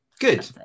good